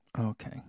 Okay